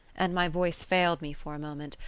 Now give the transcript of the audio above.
and my voice failed me for a moment,